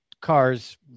cars